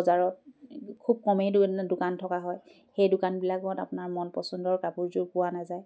বজাৰত খুব কমেই দোকান থকা হয় সেই দোকানবিলাকত আপোনাৰ মন পচন্দৰ কাপোৰযোৰ পোৱা নাযায়